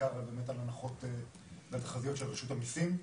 בעיקר על ההנחות והתחזיות של רשות המיסים.